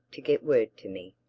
to get word to me.